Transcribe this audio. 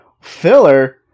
filler